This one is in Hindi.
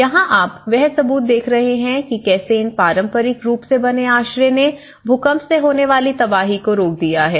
यहाँ आप वह सबूत देख रहे हैं कि कैसे इन पारंपरिक रूप से बने आश्रय ने भूकंप से होने वाली तबाही को रोक दिया है